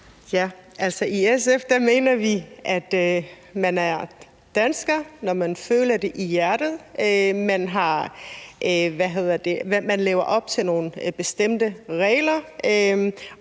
I SF mener vi, at man er dansker, når man føler det i hjertet, når man lever op til nogle bestemte regler,